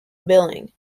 billing